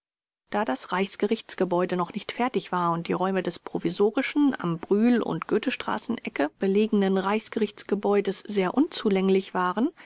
da das reichsgerichtsgebäude noch nicht fertig war und die räume des provisorischen am brühl und goethestraßen ecke belegenen reichsgerichtsgebäudes sehr unzulänglich waren